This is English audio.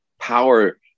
power